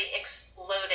exploded